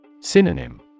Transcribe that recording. synonym